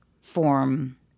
form